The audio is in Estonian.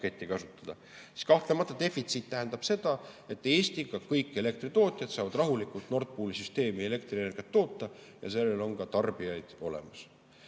paketti kasutada, siis defitsiit tähendab seda, et kõik Eesti elektritootjad saavad rahulikult Nord Pooli süsteemi elektrienergiat toota ja sellel on tarbijaid olemas.